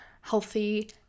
healthy